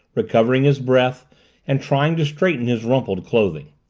recovering his breath and trying to straighten his rumpled clothing.